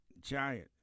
giant